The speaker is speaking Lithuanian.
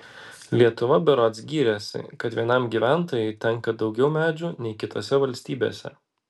lietuva berods gyrėsi kad vienam gyventojui tenka daugiau medžių nei kitose valstybėse